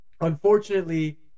unfortunately